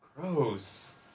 gross